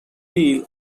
peel